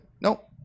Nope